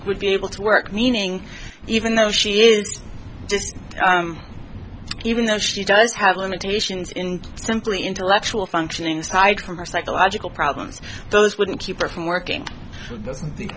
would be able to work meaning even though she is just even though she does have limitations in simply intellectual functioning aside from her psychological problems those wouldn't keep her from working